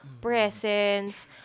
presence